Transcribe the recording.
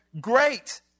great